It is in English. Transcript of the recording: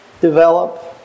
develop